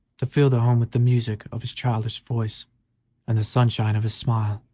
to fill their home with the music of his childish voice and the sunshine of his smile.